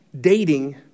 Dating